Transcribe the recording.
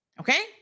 okay